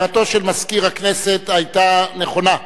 הערתו של מזכיר הכנסת היתה נכונה,